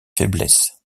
faiblesse